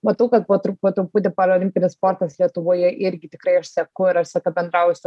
matau kad po po truputį parolimpinis sportas lietuvoje irgi tikrai aš seku ir aš visą laiką bendrauju su